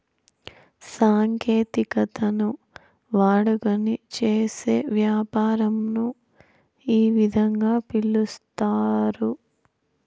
సాంకేతికతను వాడుకొని చేసే యాపారంను ఈ విధంగా పిలుస్తారు